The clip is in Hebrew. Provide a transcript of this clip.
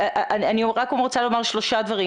שלוש אמירות.